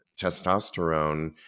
testosterone